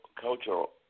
cultural